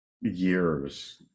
years